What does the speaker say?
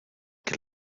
que